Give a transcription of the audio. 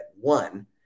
one